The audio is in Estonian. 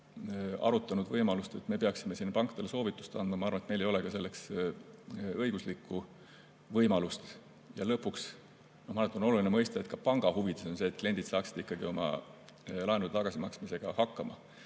arutanud võimalust, et me peaksime siin pankadele soovitust andma. Ma arvan, et meil ei ole ka selleks õiguslikku võimalust. Ja lõpuks on oluline mõista, et ka panga huvides on see, et kliendid saaksid oma laenude tagasimaksmisega hakkama.